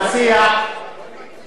אני קורא אותך